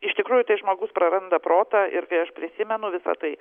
iš tikrųjų žmogus praranda protą ir kai aš prisimenu visa tai